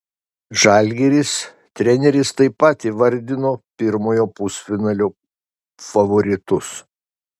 žalgiris treneris taip pat įvardino pirmojo pusfinalio favoritus